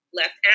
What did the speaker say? left